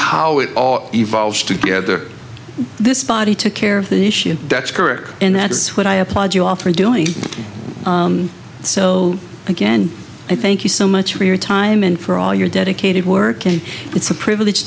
how it all evolves together this body took care of the issue that's correct and that's what i applaud you all for doing so again i thank you so much for your time and for all your dedicated work and it's a privilege